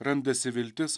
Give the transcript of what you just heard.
randasi viltis